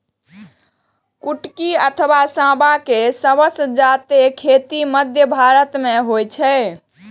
कुटकी अथवा सावां के सबसं जादे खेती मध्य भारत मे होइ छै